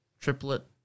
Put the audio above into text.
triplet